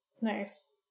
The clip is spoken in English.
Nice